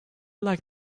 like